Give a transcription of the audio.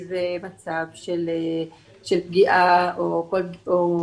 יש המתנה הרבה פעמים של ארבעה חודשים עד שמתחילים לקבל